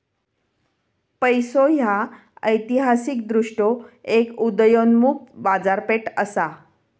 पैसो ह्या ऐतिहासिकदृष्ट्यो एक उदयोन्मुख बाजारपेठ असा